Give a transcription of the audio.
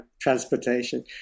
transportation